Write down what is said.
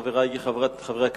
חברי חברי הכנסת,